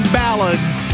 ballads